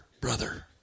brother